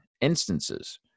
instances